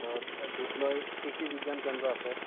দুধনৈ কৃষি বিজ্ঞান কেন্দ্ৰ আছে